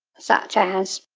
such as,